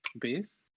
base